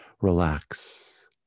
relax